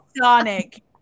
Sonic